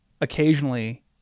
occasionally